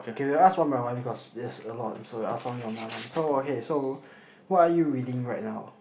okay we ask one by one cause there's a lot so we ask only one by one so okay so what are you reading right now